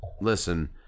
Listen